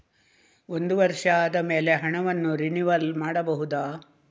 ಒಂದು ವರ್ಷ ಆದಮೇಲೆ ಹಣವನ್ನು ರಿನಿವಲ್ ಮಾಡಬಹುದ?